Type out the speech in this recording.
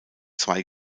zwei